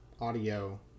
audio